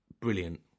brilliant